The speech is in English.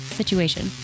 situation